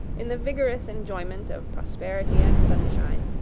in the vigorous enjoyment of prosperity and sunshine,